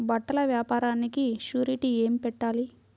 బట్టల వ్యాపారానికి షూరిటీ ఏమి పెట్టాలి?